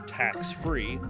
tax-free